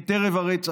את ערב הרצח.